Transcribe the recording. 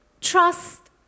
Trust